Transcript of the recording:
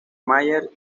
myers